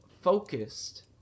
focused